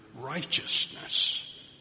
righteousness